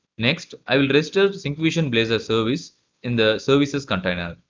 next i will register syncfusion blazor service in the services container.